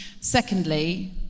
Secondly